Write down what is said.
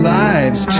lives